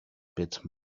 bit